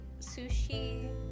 sushi